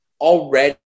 already